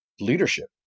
leadership